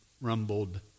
rumbled